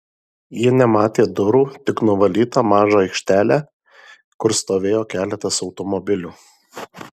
ji nematė durų tik nuvalytą mažą aikštelę kur stovėjo keletas automobilių